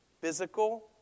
physical